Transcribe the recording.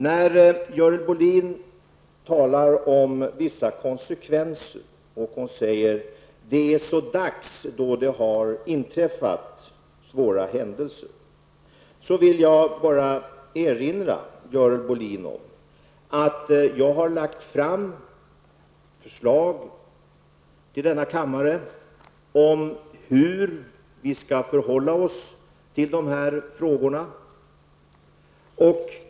När Görel Bohlin talar om vissa konsekvenser och säger att det är så dags när det har inträffat svåra händelser, vill jag bara erinra Görel Bohlin om att jag har lagt fram förslag till denna kammare om hur vi skall förhålla oss till de här frågorna.